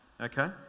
okay